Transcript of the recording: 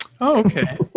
Okay